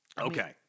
Okay